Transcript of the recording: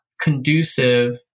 conducive